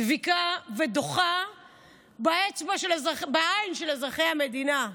דביקה ודוחה בעין של אזרחי המדינה.